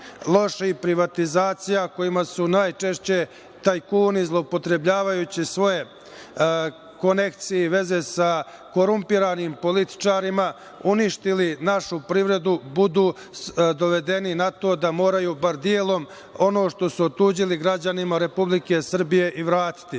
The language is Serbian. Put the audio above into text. loših privatizacija, kojima su najčešće tajkuni, zloupotrebljavajući svoje konekcije i veze sa korumpiranim političarima, uništili našu privredu, budu dovedeni na to da moraju bar delom ono što su otuđili građanima Republike Srbije i vratiti. Mi